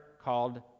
called